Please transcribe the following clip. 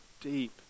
deep